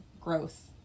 growth